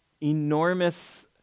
enormous